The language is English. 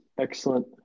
excellent